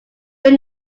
but